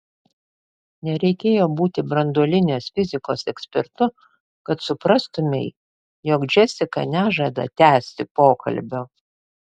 nereikėjo būti branduolinės fizikos ekspertu kad suprastumei jog džesika nežada tęsti pokalbio